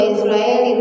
Israel